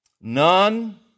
None